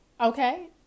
okay